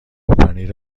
پنیر